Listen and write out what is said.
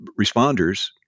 responders